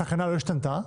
הסכנה לא השתנתה,